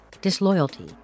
disloyalty